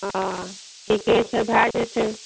हँ ठिके छै भए जएतै